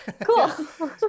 Cool